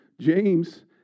James